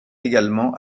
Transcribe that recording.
également